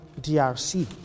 DRC